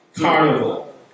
Carnival